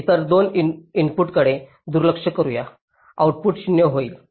इतर 2 इनपुटकडे दुर्लक्ष करून आउटपुट 0 होईल